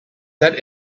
set